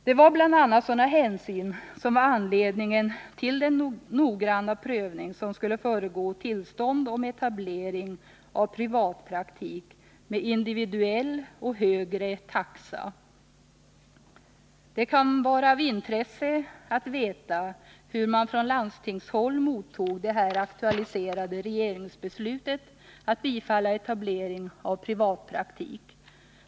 Det var bl.a. sådana hänsyn som var anledningen till den noggranna prövning som skulle föregå tillstånd till etablering av privatpraktik med individuell och högre taxa. Det kan vara av intresse att veta hur man från landstingshåll mottog det här aktualiserade regeringsbeslutet att bifalla etablering av privatpraktik.